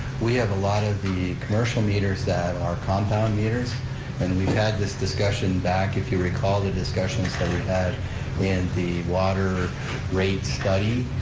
we have a lot of the commercial meters that are compound meters and we've had this discussion back, if you recall the discussions that we had in the water rate study,